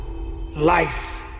life